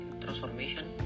transformation